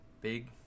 Big